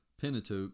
Pentateuch